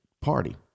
Party